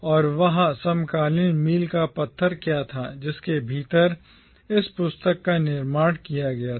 और वह समकालीन मील का पत्थर क्या था जिसके भीतर इस पुस्तक का निर्माण किया गया था